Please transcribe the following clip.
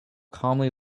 calmly